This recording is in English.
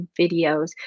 videos